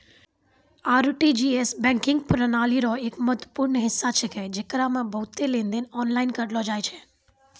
RTGS banking प्रणाली रो एक महत्वपूर्ण हिस्सा छेकै जेकरा मे बहुते लेनदेन आनलाइन करलो जाय छै